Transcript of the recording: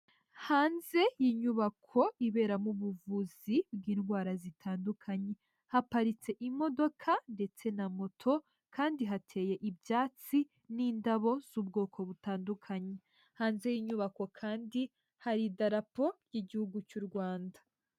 Hanze yi nyubako iberamo ubuvuzi bw'indwara zitandukanye, haparitse imodoka ndetse na moto kandi hateye ibyatsi n'indabo z'ubwoko butandukanye, hanze y'inyubako kandi hari idarapo ry'igihugu cy'u Rwanda.